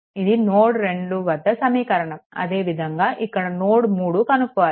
ఇది నోడ్2 వద్ద సమీకరణం అదేవిధంగా ఇక్కడ నోడ్3 కనుక్కోవాలి